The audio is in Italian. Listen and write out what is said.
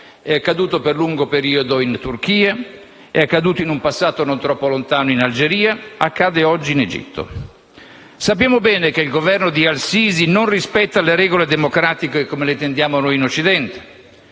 È accaduto per lungo periodo in Turchia, è accaduto in un passato non troppo lontano in Algeria e accade oggi in Egitto. Sappiamo bene che il Governo di al-Sisi non rispetta le regole democratiche come le intendiamo noi in Occidente.